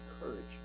encouragement